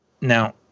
now